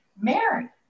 Mary